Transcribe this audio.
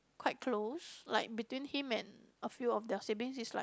quite close like between him and a few of their siblings is like